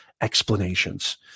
explanations